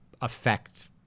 affect